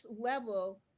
level